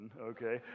okay